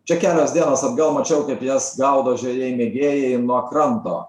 čia kelios dienos atgal mačiau kaip jas gaudo žvejai mėgėjai nuo kranto